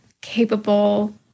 capable